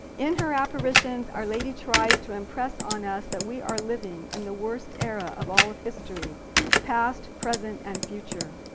in her apparitions, our lady tries to impress on us that we are living in the worst era of all of history past, present and future.